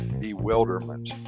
bewilderment